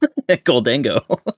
Goldango